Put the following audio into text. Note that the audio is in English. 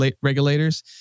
regulators